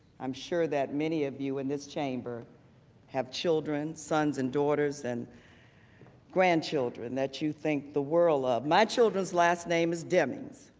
um sure that many of you in this chamber have children, sons and daughters, and grandchildren that you think the world my children's last name is demi.